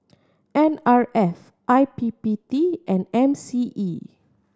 N R F I P P T and M C E